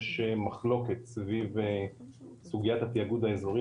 יש מחלוקת סביב סוגיית התאגוד האזורי,